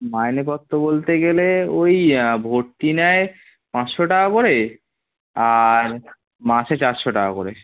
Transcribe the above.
মাইনেপত্র বলতে গেলে ওই ভর্তি নেয় পাঁচশো টাকা করে আর মাসে চারশো টাকা করে